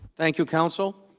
thank you counsel